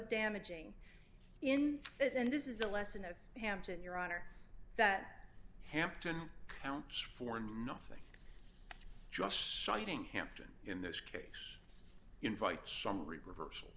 damaging in it and this is the lesson of hampton your honor that hampton counts for nothing just citing hampton in this case invites some reversal